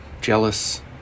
jealous